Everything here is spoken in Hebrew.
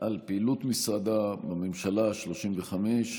על פעילות משרדה בממשלה השלושים-וחמש.